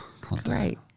Great